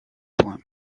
points